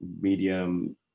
Medium